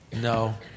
No